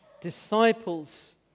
disciples